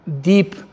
deep